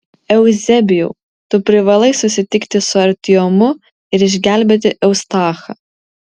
euzebijau tu privalai susitikti su artiomu ir išgelbėti eustachą